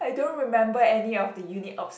I don't remember any of the uni ops